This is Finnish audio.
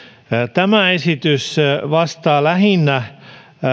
tämä esitys vastaa lähinnä